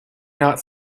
not